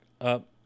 up